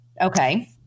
okay